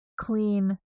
clean